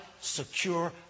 secure